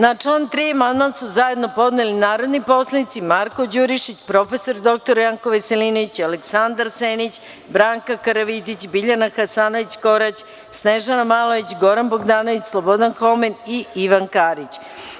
Na član 3. amandman su zajedno podneli narodni poslanici Marko Đurišić, prof. dr Janko Veselinović, Aleksandar Senić, Branka Karavidić, Biljana Hasanović Korać, Snežana Malović, Goran Bogdanović, Slobodan Homen i Ivan Karić.